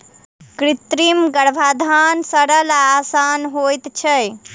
कृत्रिम गर्भाधान सरल आ आसान होइत छै